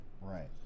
Right